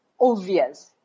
obvious